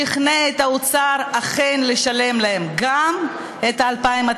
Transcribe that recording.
שכנע את האוצר לשלם להם גם את 2,200